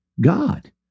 God